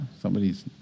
Somebody's